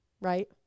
right